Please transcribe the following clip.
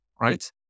right